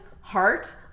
heart